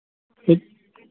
कितना